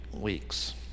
weeks